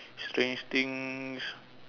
strange thing